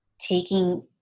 taking